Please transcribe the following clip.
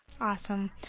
Awesome